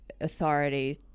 authorities